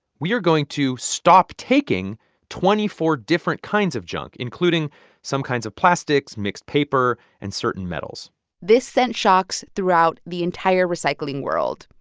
we are going to stop taking twenty four different kinds of junk, including some kinds of plastics, mixed paper and certain metals this sent shocks throughout the entire recycling world.